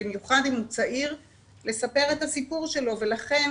במיוחד אם הוא צעיר, לספר את הסיפור שלו, ולכן